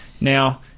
Now